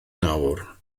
nawr